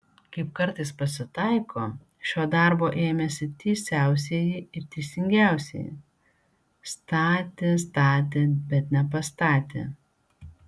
kaip kartais pasitaiko šio darbo ėmėsi teisiausieji ir teisingiausieji statė statė bet nepastatė